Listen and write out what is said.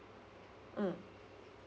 mm